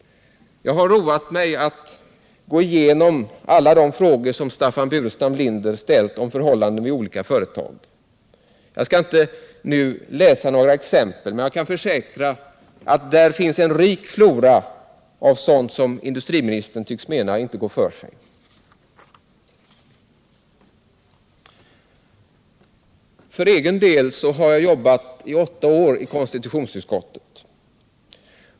Jag har roat mig med att gå igenom alla de frågor som Staffan Burenstam Linder ställt om förhållanden vid olika företag. Jag skall inte nu läsa några exempel, men jag kan försäkra att där finns en rik flora av sådant som industriministern tycks mena inte går för sig. För egen del har jag arbetat i åtta år inom konstitutionsutskottet.